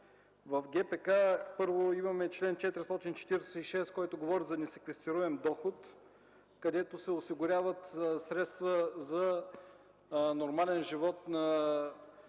В ГПК първо имаме чл. 446, който говори за несеквестируем доход, където се осигуряват средства за нормален живот на